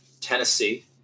Tennessee